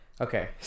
Okay